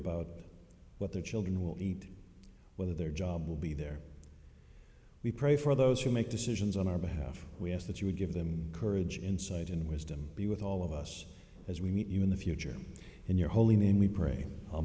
about what their children will eat whether their job will be there we pray for those who make decisions on our behalf we ask that you would give them courage insight and wisdom be with all of us as we meet you in the future in your holy name we pray